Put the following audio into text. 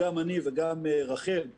גם אני וגם רח"ל,